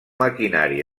maquinari